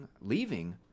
leaving